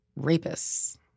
rapists